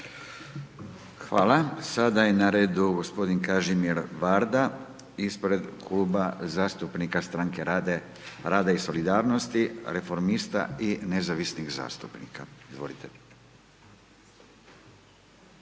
Hvala. Sada je na redu g. Kažimir Varda ispred kluba zastupnika Stranke rada i solidarnosti, reformista i Nezavisnih zastupnika, izvolite.